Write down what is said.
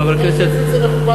חבר כנסת זה מכובד מאוד.